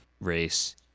race